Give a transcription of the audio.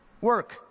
Work